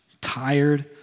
tired